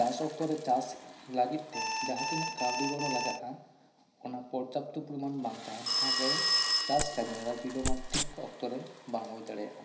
ᱪᱟᱥ ᱚᱠᱛᱚ ᱨᱮ ᱪᱟᱥ ᱞᱟᱹᱜᱤᱫ ᱛᱮ ᱡᱟᱦᱟ ᱛᱤᱱᱟᱜ ᱠᱟᱹᱣᱰᱤ ᱜᱚᱲᱚ ᱞᱟᱜᱟᱜᱼᱟ ᱚᱱᱟ ᱯᱨᱚᱡᱟᱯᱛᱚ ᱯᱚᱨᱤᱢᱟᱱ ᱵᱟᱝ ᱛᱟᱦᱮᱸᱱ ᱠᱷᱟᱱ ᱨᱮ ᱪᱟᱥ ᱠᱟᱹᱢᱤ ᱨᱮ ᱵᱤᱞᱚᱢᱟᱴᱤᱠ ᱚᱠᱛᱚ ᱨᱮ ᱵᱟᱝ ᱦᱩᱭ ᱫᱟᱲᱮᱭᱟᱜᱼᱟ